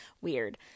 weird